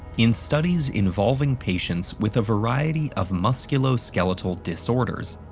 in studies involving patients with a variety of musculo-skeletal disorders,